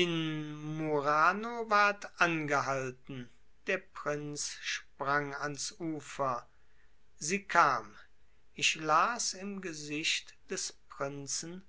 in murano ward angehalten der prinz sprang ans ufer sie kam ich las im gesicht des prinzen